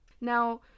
Now